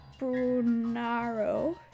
Brunaro